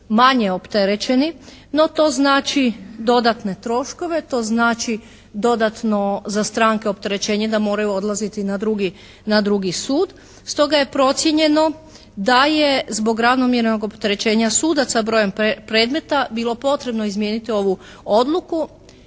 manje opterećeni, no to znači dodatne troškove, to znači dodatno za stranke opterećenje da moraju odlaziti na drugi sud, stoga je procijenjeno da je zbog ravnomjernog opterećenja sudaca brojem predmeta bilo potrebno izmijeniti ovu odluku.